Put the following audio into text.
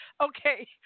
okay